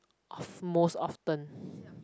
most often